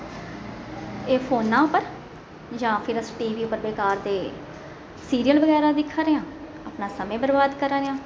एह् फोने उप्पर जां अस फिर टी वी उप्पर कोई कम्म होऐ ते सीरयल बगैरा दिक्खने अपना समां बरबाद करां दे आं